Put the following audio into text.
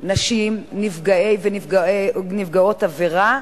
נשים, נפגעי ונפגעות עבירה.